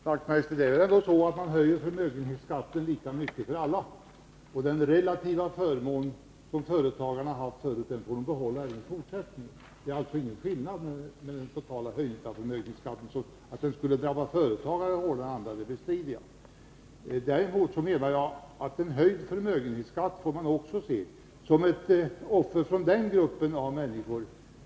Herr talman! Det är dock så, Knut Wachtmeister, att man höjer förmögenhetsskatten lika mycket för alla. Den relativa förmån som företagarna tidigare haft får de behålla även i fortsättningen. Det blir alltså ingen skillnad i det avseendet med den totala höjningen av förmögenhetsskatten. Att den skulle drabba företagare hårdare än andra bestrider jag alltså. Att man får betala en höjd förmögenhetsskatt får man se som ett offer från den gruppen av människor.